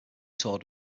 toured